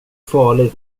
farlig